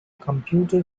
computer